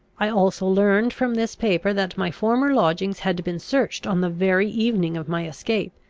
i also learned from this paper that my former lodgings had been searched on the very evening of my escape,